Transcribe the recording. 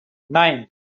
nine